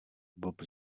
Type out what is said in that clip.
bob